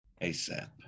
ASAP